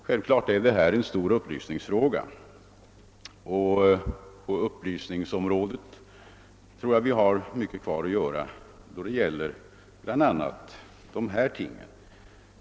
Detta är självfallet en viktig upplysningsfråga, och jag tror att vi har mycket kvar att göra på upplysningens område, bl.a. när det gäller de förhållanden som här diskuteras.